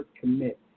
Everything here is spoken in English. commit